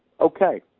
Okay